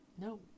no